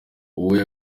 uwo